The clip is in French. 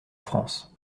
france